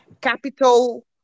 capital